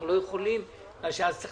אנחנו לא יכולים לעשות בגלל שאז צריך